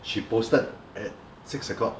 she posted at six o'clock